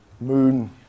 moon